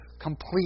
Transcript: complete